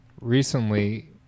recently